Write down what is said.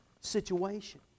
situation